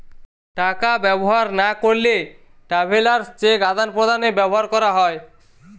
টাকা ব্যবহার না করলে ট্রাভেলার্স চেক আদান প্রদানে ব্যবহার করা হয়